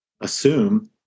assume